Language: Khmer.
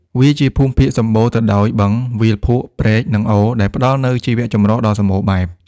វាជាភូមិភាគសំបូរទៅដោយបឹង វាលភក់ ព្រែក និងអូរ ដែលផ្ដល់នូវជីវចម្រុះដ៏សម្បូរបែប។